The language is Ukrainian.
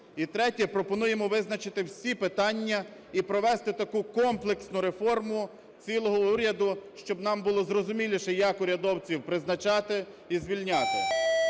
І третє. Пропонуємо визначити всі питання і провести таку комплексну реформу цілого уряду, щоб нам було зрозуміліше, як урядовців призначати і звільняти.